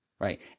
Right